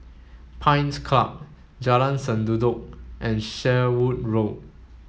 Pines Club Jalan Sendudok and Sherwood Road